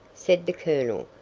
said the colonel,